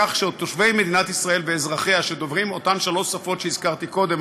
כך שתושבי מדינת ישראל ואזרחיה שדוברים אותן שלוש שפות שהזכרתי קודם,